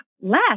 less